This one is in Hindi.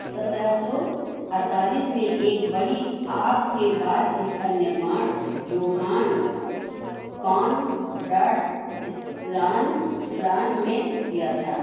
सतरह सौ अड़तालीस में एक बड़ी आग के बाद इसका निर्माण जोहान कॉनराड इस्लान स्लान में किया था